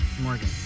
Morgan